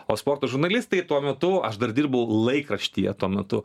o sporto žurnalistai tuo metu aš dar dirbau laikraštyje tuo metu